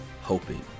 hoping